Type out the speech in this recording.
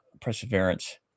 Perseverance